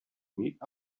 meet